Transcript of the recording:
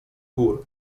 gór